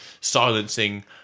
silencing